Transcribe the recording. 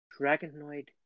dragonoid